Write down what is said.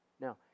Now